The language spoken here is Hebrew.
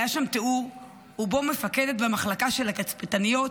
היה שם תיאור ובו מפקדת במחלקה של התצפיתניות